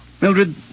Mildred